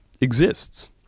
exists